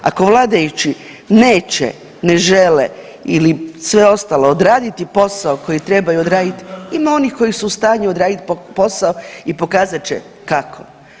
Ako vladajući neće, ne žele ili sve ostalo odraditi posao koji trebaju odraditi, ima onih koji su u stanju odraditi posao i pokazat će kako.